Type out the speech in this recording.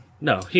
No